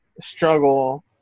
struggle